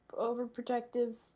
overprotective